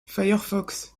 firefox